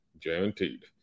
guaranteed